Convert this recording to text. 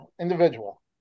individual